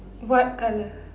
what colour